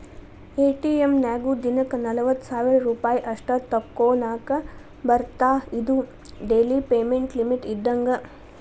ATM ನ್ಯಾಗು ದಿನಕ್ಕ ನಲವತ್ತ ಸಾವಿರ್ ರೂಪಾಯಿ ಅಷ್ಟ ತೋಕೋನಾಕಾ ಬರತ್ತಾ ಇದು ಡೆಲಿ ಪೇಮೆಂಟ್ ಲಿಮಿಟ್ ಇದ್ದಂಗ